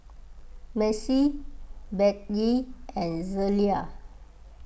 Macy Bettye and Zelia